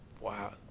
Wow